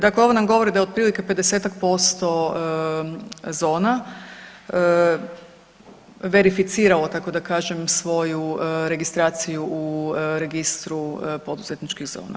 Dakle, ovo nam govori da otprilike 50-ak posto zona verificiralo tako da kažem svoju registraciju u registru poduzetničkih zona.